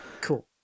Cool